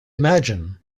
imagine